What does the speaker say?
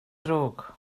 ddrwg